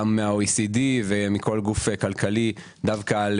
גם מה OECD-ומכל גוף כלכלי דווקא על